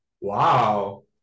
Wow